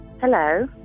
Hello